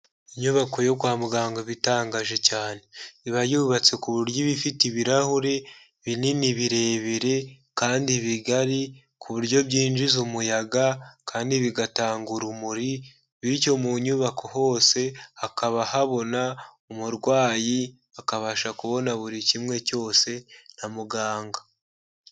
Inyubako yo kwa muganga iba itangaje cyane. Iba yubatse ku buryo ibifite ibirahuri binini birebire kandi bigari ku buryo byinjiza umuyaga, kandi bigatanga urumuri, bityo mu nyubako hose hakaba habona, umurwayi akabasha kubona buri kimwe cyose na muganga.